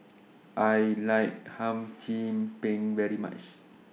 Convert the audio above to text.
I like Hum Chim Peng very much